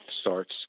starts